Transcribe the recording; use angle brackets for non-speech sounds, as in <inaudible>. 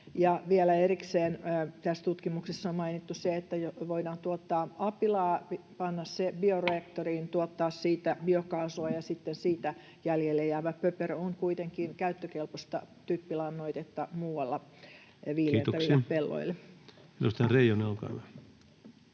Vielä erikseen tässä tutkimuksessa on mainittu se, että voidaan tuottaa apilaa, panna se bioreaktoriin <noise> ja tuottaa siitä biokaasua ja sitten siitä jäljelle jäävä pöperö on kuitenkin käyttökelpoista typpilannoitetta muualle viljeltäville pelloille. [Speech